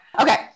okay